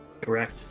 Correct